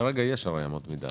כרגע יש אמות מידה.